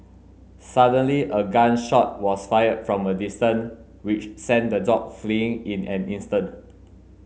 suddenly a gun shot was fired from a distance which sent the dogs fleeing in an instant